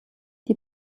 die